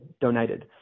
donated